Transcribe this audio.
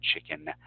Chicken